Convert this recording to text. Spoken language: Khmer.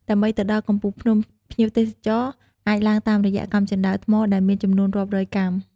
ដើម្បីទៅដល់កំពូលភ្នំ ភ្ញៀវទេសចរអាចឡើងតាមរយៈកាំជណ្ដើរថ្មដែលមានចំនួនរាប់រយកាំ។